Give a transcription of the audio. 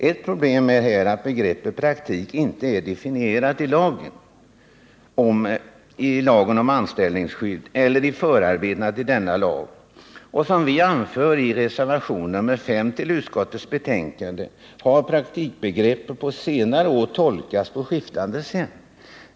Ett problem är här att begreppet praktik inte är definierat i lagen om anställningsskydd eller i förarbetena till denna lag. Som vi anför i reservationen 5 till utskottets betänkande har praktikbegreppet på senare år tolkats på skiftande sätt.